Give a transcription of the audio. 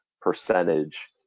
percentage